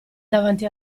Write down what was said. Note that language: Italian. davanti